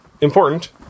important